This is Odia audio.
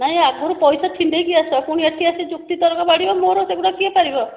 ନାଇ ଆଗରୁ ପଇସା ଛିଣ୍ଡେଇକି ଆସ ପୁଣି ଏଠି ଆସିକି ଯୁକ୍ତି ତର୍କ ବାଡିବ ମୋର ସେଗୁଡ଼ାକ କିଏ ପାରିବ